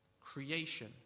creation